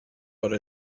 but